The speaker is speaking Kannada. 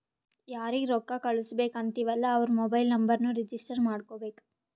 ಯಾರಿಗ ರೊಕ್ಕಾ ಕಳ್ಸುಬೇಕ್ ಅಂತಿವ್ ಅಲ್ಲಾ ಅವ್ರ ಮೊಬೈಲ್ ನುಂಬರ್ನು ರಿಜಿಸ್ಟರ್ ಮಾಡ್ಕೋಬೇಕ್